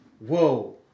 Whoa